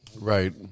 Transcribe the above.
Right